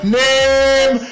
name